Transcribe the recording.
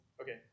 Okay